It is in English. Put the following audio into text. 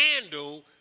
handle